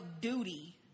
duty